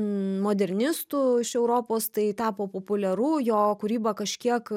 modernistų iš europos tai tapo populiaru jo kūryba kažkiek